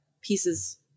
pieces